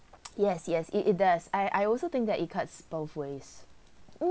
yes yes it it does I I also think that it cuts both ways